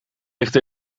ligt